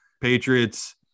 Patriots